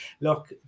look